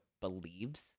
believes